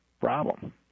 problem